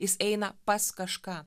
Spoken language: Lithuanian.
jis eina pas kažką